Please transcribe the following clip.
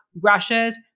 Russia's